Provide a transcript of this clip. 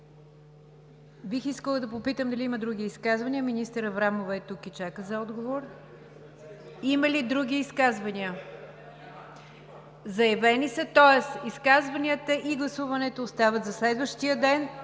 Бих искала да попитам дали има други изказвания, защото министър Аврамова е тук и чака за отговор. Има ли други изказвания? Тоест изказванията и гласуването остават за следващия ден.